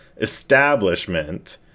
establishment